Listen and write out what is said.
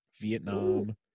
vietnam